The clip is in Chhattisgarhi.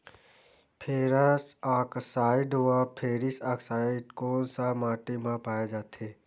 फेरस आकसाईड व फेरिक आकसाईड कोन सा माटी म पाय जाथे?